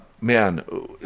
man